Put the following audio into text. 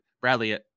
bradley